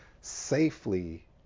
safely